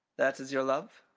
that is your love?